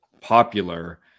popular